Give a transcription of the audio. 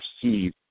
perceive